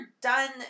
done